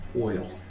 oil